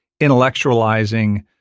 intellectualizing